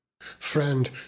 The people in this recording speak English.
Friend